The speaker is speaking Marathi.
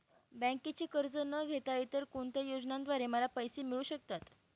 बँकेचे कर्ज न घेता इतर कोणत्या योजनांद्वारे मला पैसे मिळू शकतात?